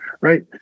right